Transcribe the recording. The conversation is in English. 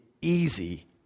easy